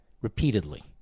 repeatedly